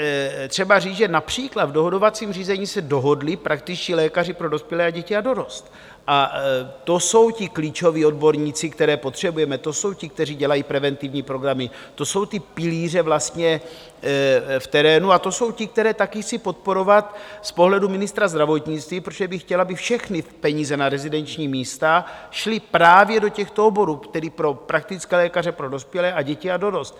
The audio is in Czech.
Je třeba říct, že například v dohodovacím řízení se dohodli praktičtí lékaři pro dospělé, děti a dorost, a to jsou ti klíčoví odborníci, které potřebujeme, to jsou ti, kteří dělají preventivní programy, to jsou ty pilíře vlastně v terénu a to jsou ti, které taky chci podporovat z pohledu ministra zdravotnictví, protože bych chtěl, aby všechny peníze na rezidenční místa šly právě do těchto oborů, tedy pro praktické lékaře pro dospělé a děti a dorost.